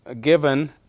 given